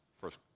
first